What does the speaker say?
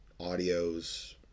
audios